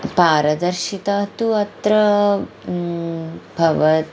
पारदर्शिता तु अत्र भवति